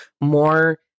more